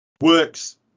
works